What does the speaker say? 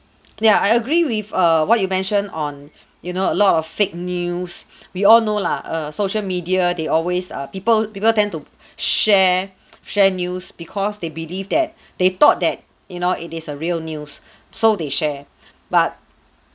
ya I agree with err what you mention on you know a lot of fake news we all know lah err social media they always err people people tend to share share news because they believe that they thought that you know it is a real news so they share but